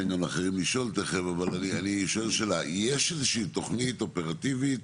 יש איזושהי תוכנית אופרטיבית